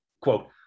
quote